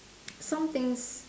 some things